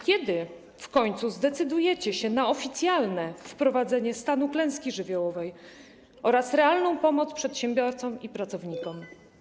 Kiedy w końcu zdecydujecie się na oficjalne wprowadzenie stanu klęski żywiołowej oraz realną pomoc przedsiębiorcom i pracownikom?